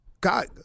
God